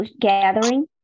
gathering